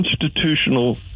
constitutional